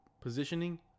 positioning